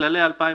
"כללי 2017"